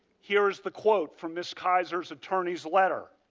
here is the quote from ms. kaiser's attorney's letter.